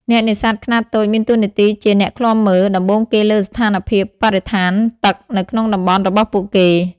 អ្នកនេសាទខ្នាតតូចមានតួនាទីជា អ្នកឃ្លាំមើល ដំបូងគេលើស្ថានភាពបរិស្ថានទឹកនៅក្នុងតំបន់របស់ពួកគេ។